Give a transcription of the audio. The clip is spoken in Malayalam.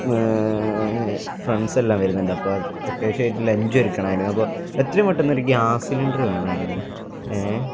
ഫ്രണ്ട്സെല്ലാം വരുന്നുണ്ട് അപ്പം അത്യാവശ്യമായിട്ട് ലഞ്ച് ഒരുക്കണമായിരുന്നു അപ്പോൾ എത്രയും പെട്ടെന്നൊരു ഗ്യാസ് സിലിണ്ടർ വേണമായിരുന്നു ഏ